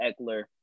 Eckler